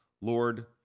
Lord